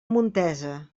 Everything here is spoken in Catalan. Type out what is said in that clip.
montesa